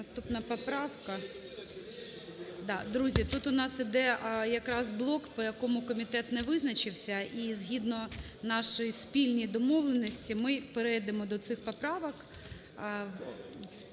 наступна поправка…Да, друзі, тут й нас йде якраз блок, по якому комітет не визначився, і згідно нашій спільній домовленості ми перейдемо до цих поправок